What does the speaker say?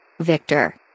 Victor